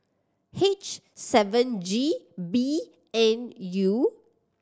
H seven G B N U